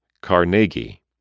Carnegie